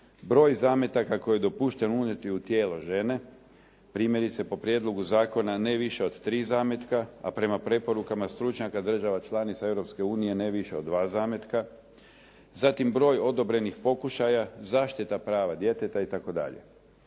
broj zametaka koji je dopušten unijeti u tijelo žene, primjerice po prijedlogu zakona ne više od tri zametka, a prema preporukama stručnjaka država članica Europske unije ne više od dva zametka. Zatim, broj odobrenih pokušaja, zaštita prava djeteta itd.